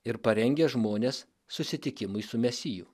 ir parengia žmones susitikimui su mesiju